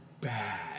bad